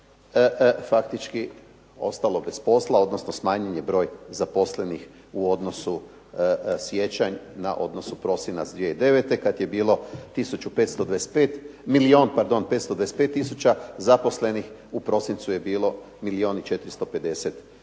faktički ostalo bez posla, odnosno smanjen je broj zaposlenih u odnosu siječanj na odnosu prosinac 2009. kad je bilo tisuću 525, milijon pardon 525 tisuća zaposlenih, u prosincu je bilo milijun i 450